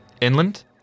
Inland